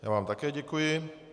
Já vám také děkuji.